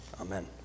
Amen